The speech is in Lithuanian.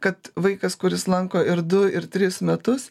kad vaikas kuris lanko ir du ir tris metus